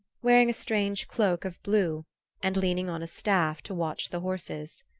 wearing a strange cloak of blue and leaning on a staff to watch the horses.